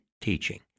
teaching